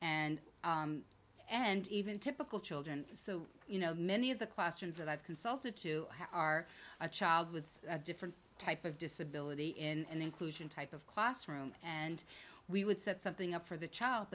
and and even typical children so you know many of the classrooms that i've consulted to are a child with a different type of disability and inclusion type of classroom and we would set something up for the child